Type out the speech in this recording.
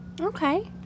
okay